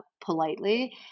Politely